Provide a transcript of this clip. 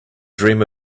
dream